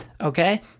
Okay